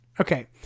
Okay